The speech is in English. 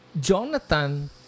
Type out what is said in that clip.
jonathan